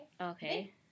Okay